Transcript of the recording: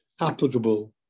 applicable